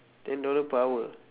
ten dollar per hour